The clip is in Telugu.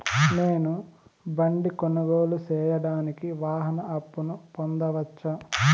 నేను బండి కొనుగోలు సేయడానికి వాహన అప్పును పొందవచ్చా?